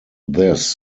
this